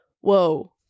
whoa